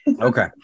Okay